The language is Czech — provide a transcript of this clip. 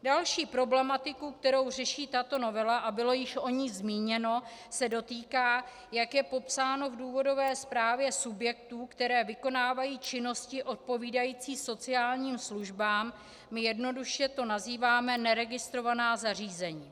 Další problematiku, kterou řeší tato novela, a bylo již o ní zmíněno, se dotýká, jak je popsáno v důvodové zprávě, subjektů, které vykonávají činnosti odpovídající sociálním službám, my to jednoduše nazýváme neregistrovaná zařízení.